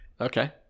okay